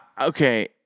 Okay